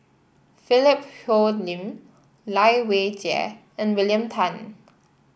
Philip Hoalim Lai Weijie and William Tan